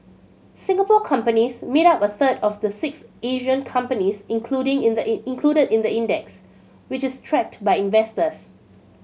Singapore companies made up a third of the six Asian companies including in the included in the index which is tracked by investors